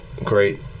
Great